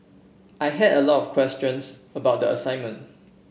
I had a lot of questions about the assignment